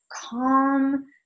calm